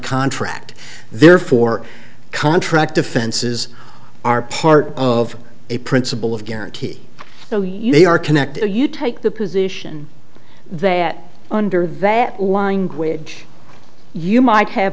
contract therefore contract offenses are part of a principle of guarantee so you are connected or you take the position that under that line quid you might have